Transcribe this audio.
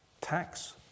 tax